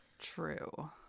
True